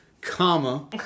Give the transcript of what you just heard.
comma